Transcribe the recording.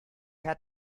had